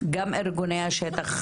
גם ארגוני השטח